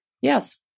Yes